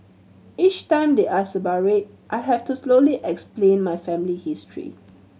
each time they ask about it I have to slowly explain my family history